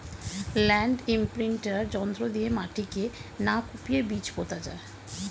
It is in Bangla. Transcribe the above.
ল্যান্ড ইমপ্রিন্টার যন্ত্র দিয়ে মাটিকে না কুপিয়ে বীজ পোতা যায়